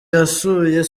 yasuye